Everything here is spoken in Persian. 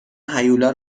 هیولا